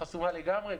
חסומה לגמרי.